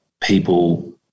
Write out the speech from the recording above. people